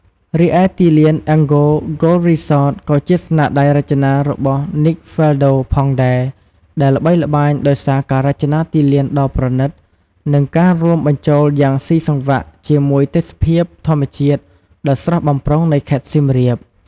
រីឯទីលាន Angkor Golf Resort ក៏ជាស្នាដៃរចនារបស់ Nick Faldo ផងដែរ ដែលល្បីល្បាញដោយសារការរចនាទីលានដ៏ប្រណីត និងការរួមបញ្ចូលយ៉ាងស៊ីសង្វាក់ជាមួយទេសភាពធម្មជាតិដ៏ស្រស់បំព្រងនៃខេត្តសៀមរាប។